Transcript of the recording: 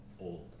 old